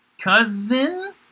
cousin